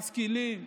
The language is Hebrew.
משכילים,